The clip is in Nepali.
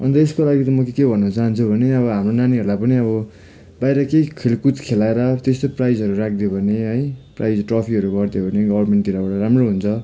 अन्त यसको लागि चाहिँ म चाहिँ के भन्न चाहन्छु भने अब हाम्रो नानीहरूलाई पनि अब बाहिर केही खेलकुद खेलाएर त्यस्तै प्राइजहरू राखिदियो भने है प्राइज ट्रफीहरू गरिदियो भने गभर्नमेन्टतिरबाट राम्रो हुन्छ